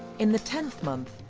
in the tenth month,